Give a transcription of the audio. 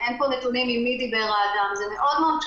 המטרה.